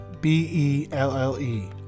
B-E-L-L-E